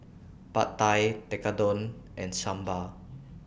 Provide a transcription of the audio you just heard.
Pad Thai Tekkadon and Sambar